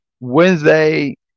Wednesday